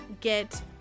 get